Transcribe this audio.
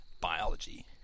Biology